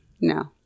no